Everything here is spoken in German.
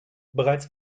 bereits